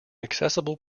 accessible